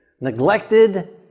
Neglected